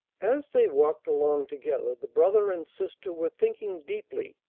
as they walked along together, the brother and sister were thinking deeply.